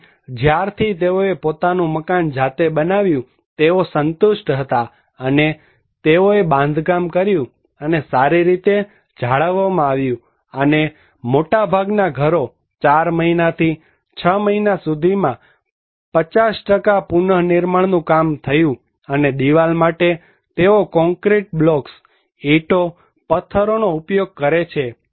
અહીં જ્યારથી તેઓએ પોતાનું મકાન જાતે બનાવ્યું તેઓ સંતુષ્ટ હતા અને તેઓએ બાંધકામ કર્યું અને તે સારી રીતે જાળવવામાં આવ્યું છે અને મોટા ભાગના ઘરો 4 મહિનાથી 6 મહિના સુધીમાં 50 પુનનિર્માણનું કામ થયું અને દિવાલ માટે તેઓ કોંક્રિટ બ્લોક્સ ઈટો પથ્થરનો ઉપયોગ કરે છે